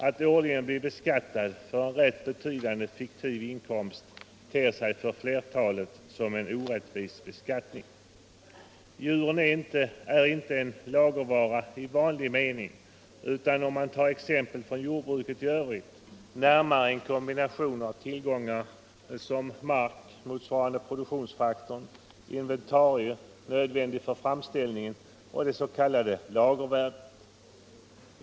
Att årligen bli beskattad för en rätt betydande fiktiv inkomst ter sig för flertalet som en orättvis beskattning. Djuren är inte en lagervara i vanlig mening, utan, om man tar exempel från jordbruket i övrigt, närmare en kombination av tillgångar som mark , inventarier och det s.k. lagervärdet.